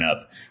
up